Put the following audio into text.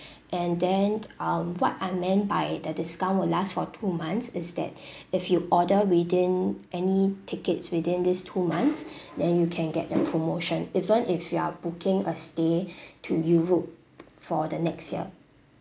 and then um what I meant by the discount will last for two months is that if you order within any tickets within these two months then you can get the promotion even if you are booking a stay to europe for the next year